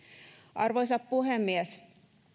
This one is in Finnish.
arvoisa puhemies